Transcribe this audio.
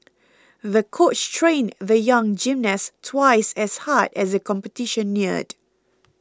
the coach trained the young gymnast twice as hard as the competition neared